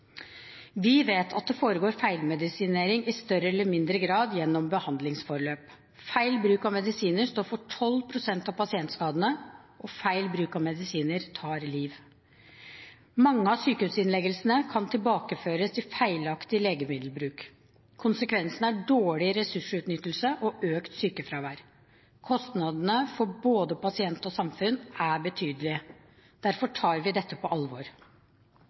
Vi vet at det foregår feilmedisinering i større eller mindre grad gjennom behandlingsforløp. Feil bruk av medisiner står for 12 pst. av pasientskadene, og feil bruk av medisiner tar liv. Mange av sykehusinnleggelsene kan tilbakeføres til feilaktig legemiddelbruk. Konsekvensene er dårlig ressursutnyttelse og økt sykefravær. Kostnadene for både pasient og samfunn er betydelige. Derfor tar vi dette på alvor.